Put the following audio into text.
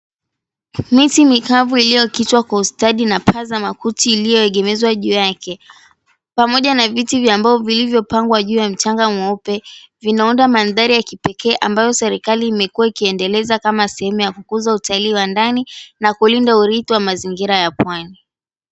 Miti mikavu iliyo kitwa kwa ustadi na paa za makuti iliyoegemezwa juu yake. Pamoja na viti vya mbao vilivyopangwa juu ya mchanga mweupe, vinaunda mandhari ya kipekee ambayo serikali imekuwa ikiendeleza kama sehemu ya kukuza utalii wa ndani, na kulinda urithi wa mazingira ya pwani.